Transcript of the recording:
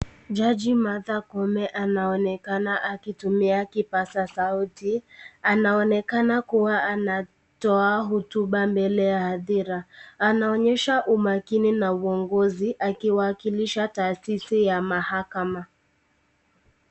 Jaji Martha Koome anaonekana akitumia kipaza sauti, anaonekana kuwa anatoa hotuba mbele ya adhira, anaonyesha umakini na uongozi akiwakilisha taasisi ya mahakama.